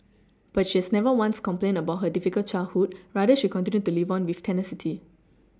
but she has never once complained about her difficult childhood rather she continued to live on with tenacity